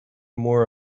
more